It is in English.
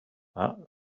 that